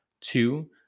Two